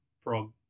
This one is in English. prog